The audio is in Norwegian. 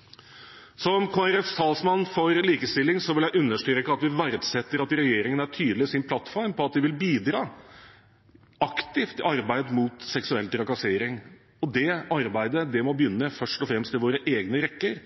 Kristelig Folkepartis talsmann for likestilling vil jeg understreke at vi verdsetter at regjeringen er tydelig i sin plattform på at de vil bidra aktivt i arbeidet mot seksuell trakassering, og det arbeidet må begynne først og fremst i våre egne rekker.